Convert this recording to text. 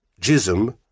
jism